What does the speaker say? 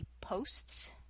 Posts